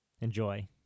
Enjoy